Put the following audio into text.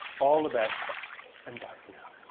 all the best and bye, for now.